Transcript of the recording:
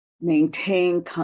maintain